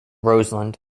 roseland